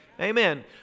Amen